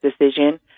decision